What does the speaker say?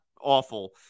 awful